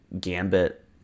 Gambit